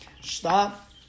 Stop